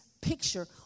picture